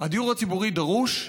הדיור הציבורי דרוש.